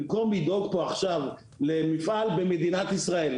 במקום לדאוג עכשיו למפעל במדינת ישראל,